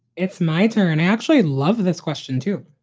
it's my turn, actually. love this question, too.